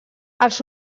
els